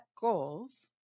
goals